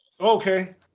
Okay